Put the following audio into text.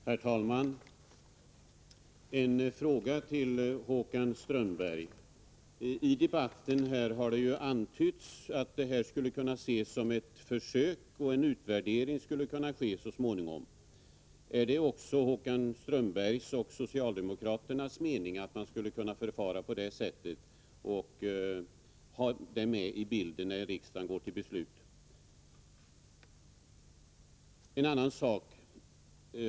Herr talman! Jag vill ställa en fråga till Håkan Strömberg. I debatten har det antytts att frisläppandet skall kunna ses såsom ett försök och att en utvärdering så småningom skall kunna ske. Är det också Håkan Strömbergs och socialdemokraternas mening att man kan förfara på det sättet och ha detta med i bilden när riksdagen går till beslut?